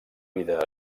vida